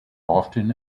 often